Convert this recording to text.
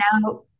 now